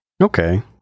Okay